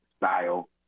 style